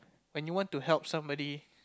when you want to help somebody